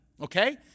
okay